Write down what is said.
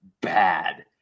bad